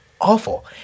awful